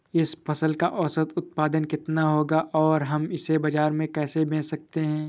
इस फसल का औसत उत्पादन कितना होगा और हम इसे बाजार में कैसे बेच सकते हैं?